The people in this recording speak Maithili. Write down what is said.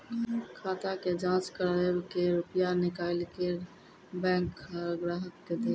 खाता के जाँच करेब के रुपिया निकैलक करऽ बैंक ग्राहक के देब?